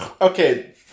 okay